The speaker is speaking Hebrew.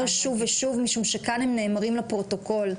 שוב ושוב משום שכאן הם נאמרים לפרוטוקול.